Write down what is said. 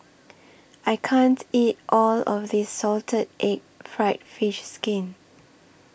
I can't eat All of This Salted Egg Fried Fish Skin